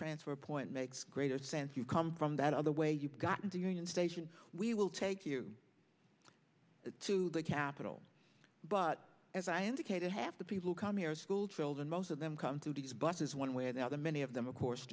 transfer point makes greater sense you come from that other way you've gotten to union station we will take you to the capital but as i indicated half the people come here schoolchildren most of them come to these buses one way or the other many of them of course